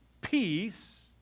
Peace